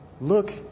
look